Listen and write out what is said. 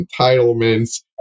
entitlements